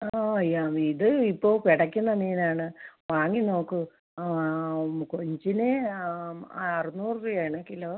ആ യ ഇത് ഇപ്പോൾ പിടയ്ക്കുന്ന മീനാണ് വാങ്ങി നോക്കൂ ആ കൊഞ്ചിന് അറുന്നൂറ് രുപയാണ് കിലോ